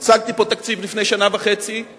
הצגתי פה תקציב לפני שנה וחצי,